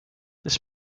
this